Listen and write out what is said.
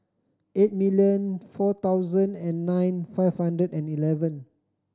eight million four thousand and nine five hundred and eleven